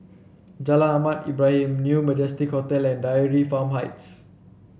Jalan Ahmad Ibrahim New Majestic Hotel and Dairy Farm Heights